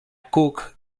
cook